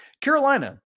Carolina